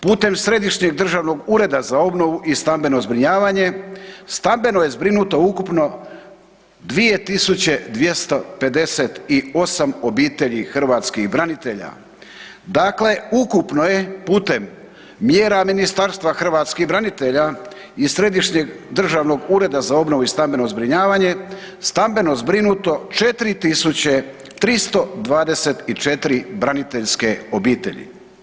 Putem Središnjeg državnog ureda za obnovu i stambeno zbrinjavanje stambeno je zbrinuto ukupno 2.258 obitelji hrvatskih branitelja, dakle ukupno je putem mjera Ministarstva hrvatskih branitelja i Središnjeg državnog ureda za obnovu i stambeno zbrinjavanje stambeno zbrinuto 4.324 braniteljske obitelji.